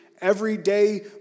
everyday